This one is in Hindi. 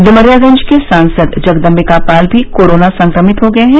डुमरियागंज के सांसद जगदम्बिका पाल भी कोरोना संक्रमित हो गए हैं